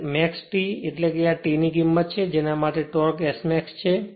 max T એટલે કે આ T ની કિંમત છે જેના માટે તે ટોર્ક Smax છે